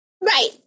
Right